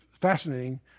fascinating